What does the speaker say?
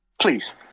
Please